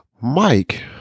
Mike